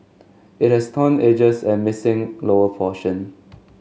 it has torn edges and missing lower portion